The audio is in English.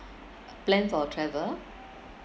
plan for a travel